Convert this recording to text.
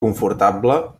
confortable